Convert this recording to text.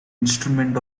instrument